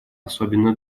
особенно